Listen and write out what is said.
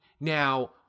Now